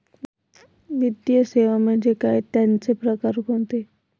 वित्तीय सेवा म्हणजे काय? त्यांचे प्रकार कोणते?